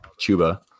Chuba